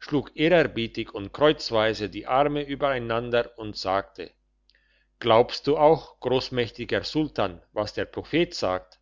schlug ehrerbietig und kreuzweise die arme übereinander und sagte glaubst du auch grossmächtiger sultan was der prophet sagt